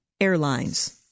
airlines